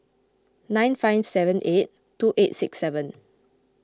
nine five seven eight two eight six seven